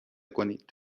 کنید